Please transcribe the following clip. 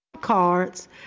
cards